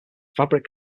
fabric